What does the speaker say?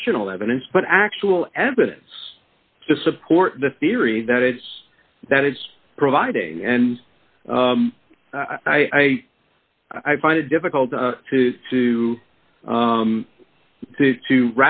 fictional evidence but actual evidence to support the theory that it's that it's providing and i i i find it difficult to to to to